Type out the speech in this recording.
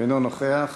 אינו נוכח.